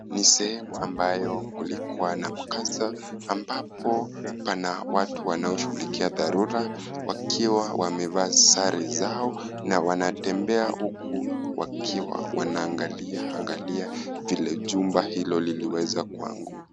Ni sehemu ambayo kulikuwa na mkasa ambapo pana watu wanaoshughulikia dharura wakiwa wamevaa sare zao na wanatembea huku wakiwa wanaangalia vile chumba hilo liliweza kuanguka.